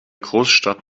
großstadt